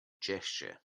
gesture